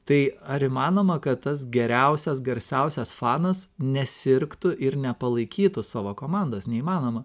tai ar įmanoma kad tas geriausias garsiausias fanas nesirgtų ir nepalaikytų savo komandos neįmanoma